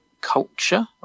culture